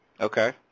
Okay